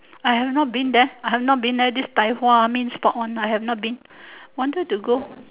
I have not been there I have not been there this main sport one I have not been wanted to go